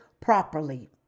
properly